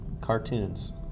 cartoons